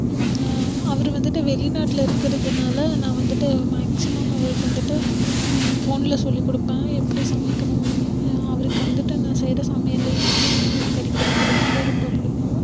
அவரு வந்துட்டு வெளிநாட்டில் இருக்கிறதுனால நான் வந்துட்டு மேக்ஸிமம் அவருக்கு வந்துட்டு ஃபோனில் சொல்லி கொடுப்பேன் எப்படி சமைக்கணும் அவருக்கு வந்துட்டு நான் செய்கிற சமையலில் இட்லியும் கறிக்குழம்பு ரொம்ப ரொம்ப பிடிக்கும்